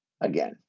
again